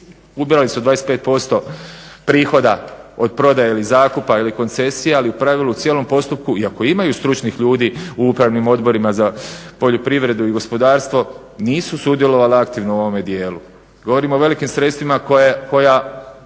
ubirali su 25% prihoda od prodaje ili zakupa ili koncesija, ali u pravilu cijelom postupku iako imaju stručnih ljudi u upravnim odborima za poljoprivredu i gospodarstvo nisu sudjelovali aktivno u ovome dijelu. Govorim o velikim sredstvima koja